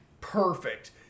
perfect